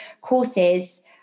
courses